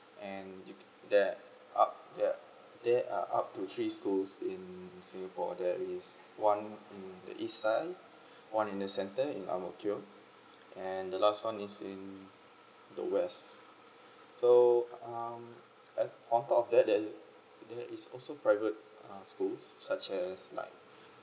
and you ca~ they up they they are up to three schools in singapore that is one in the east side one in the center in our and the last one is in the west so um uh on top of that th~ there is also private uh school such as like